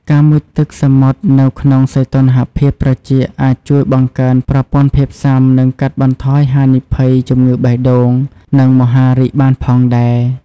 ការមុជទឹកសមុទ្រនៅក្នុងសីតុណ្ហភាពត្រជាក់អាចជួយបង្កើនប្រព័ន្ធភាពស៊ាំ និងកាត់បន្ថយហានិភ័យជំងឺបេះដូង និងមហារីកបានផងដែរ។